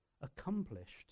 accomplished